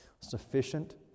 Sufficient